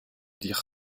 dire